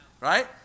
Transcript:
Right